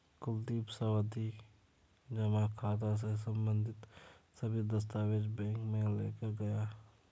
कुलदीप सावधि जमा खाता से संबंधित सभी दस्तावेज बैंक में लेकर गया